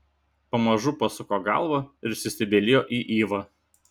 pamažu pasuko galvą ir įsistebeilijo į ivą